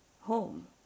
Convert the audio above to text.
home